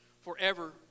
forever